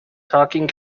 talking